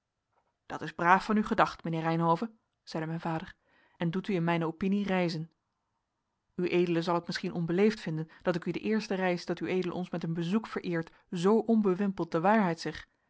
dat is braaf van u gedacht mijnheer reynhove zeide mijn vader en doet u in mijne opinie rijzen ued zal het misschien onbeleefd vinden dat ik u de eerste reis dat ued ons met een bezoek vereert zoo onbewimpeld de waarheid zeg